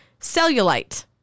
Cellulite